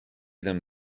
them